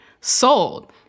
sold